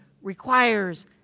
requires